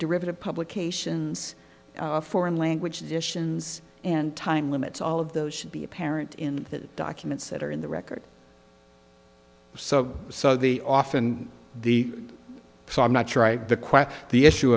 derivative publications foreign language additions and time limits all of those should be apparent in the documents that are in the record so so the often the so i'm not sure i the